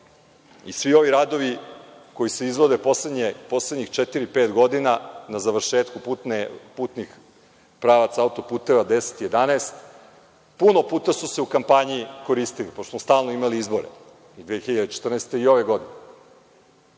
i svi ovi radovi koji se izvode poslednjih četiri, pet godina na završetku putnih pravaca autoputeva 10, 11, puno puta su se u kampanji koristili, pošto smo stalno imali izbore, i u 2014. i u ovoj godini.